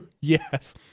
Yes